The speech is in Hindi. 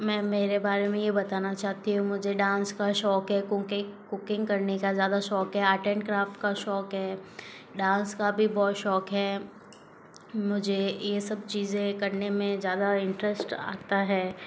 मैं मेरे बारे में यह बताना चाहती हूँ मुझे डांस का शौक है कुकिंग कुकिंग करने का ज़्यादा शौक है आर्ट एंड क्राफ्ट का शौक है डांस का भी बहुत शौक है मुझे यह सब चीज़ें करने में ज़्यादा इंटरेस्ट आता है